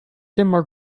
denmark